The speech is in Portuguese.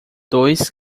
dois